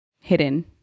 hidden